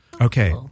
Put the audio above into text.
Okay